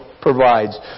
provides